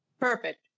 Perfect